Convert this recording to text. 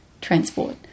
transport